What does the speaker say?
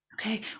Okay